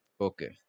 Okay